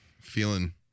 Feeling